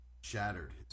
Shattered